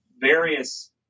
various